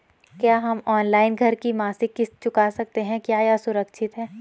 क्या हम ऑनलाइन घर की मासिक किश्त चुका सकते हैं क्या यह सुरक्षित है?